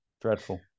dreadful